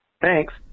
Thanks